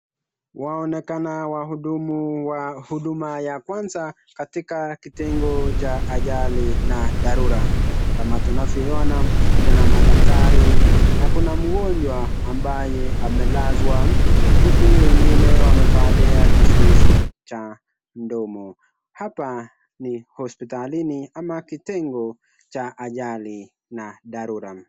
Waonekana wahudumu wa huduma ya kwanza katika kitengo cha ajali na dharura. Kama tunavyoona kuna madaktari na kuna mgonjwa ambaye amelazwa huku wengine wamevalia kizuizi cha mdomo. Hapa ni hospitalini ama kitengo cha ajali na dharura.